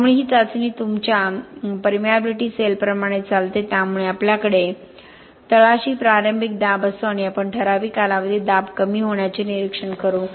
त्यामुळे ही चाचणी तुमच्या 1418 परमिएबिलिटी सेलप्रमाणेच चालते त्यामुळे आपल्याकडे तळाशी प्रारंभिक दाब असतो आणि आपण ठराविक कालावधीत दाब कमी होण्याचे निरीक्षण करू